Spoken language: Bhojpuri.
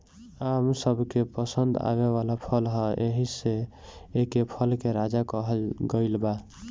आम सबके पसंद आवे वाला फल ह एही से एके फल के राजा कहल गइल बा